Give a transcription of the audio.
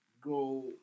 go